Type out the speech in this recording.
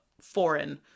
foreign